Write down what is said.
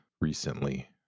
recently